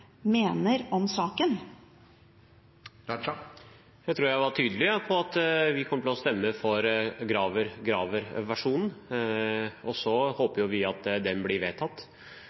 mener om saken. Jeg trodde jeg var tydelig på at vi kommer til å stemme for Graver–Graver-versjonen. Vi håper at den blir vedtatt, og så